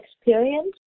experience